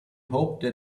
hoped